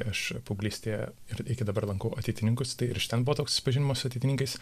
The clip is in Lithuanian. aš paauglystėje ir iki dabar lankau ateitininkus tai ir iš ten buvo toks susipažinimas su ateitininkais